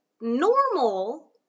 normal